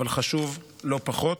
אבל חשוב לא פחות.